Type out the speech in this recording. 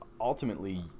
ultimately